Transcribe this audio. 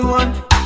one